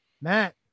Matt